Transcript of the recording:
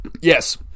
Yes